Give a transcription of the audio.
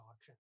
auction